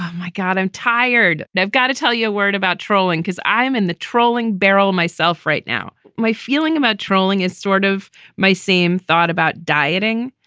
my god, i'm tired and i've got to tell you a word about trolling because i'm in the trolling barrel myself right now. my feeling about trolling is sort of my same thought about dieting.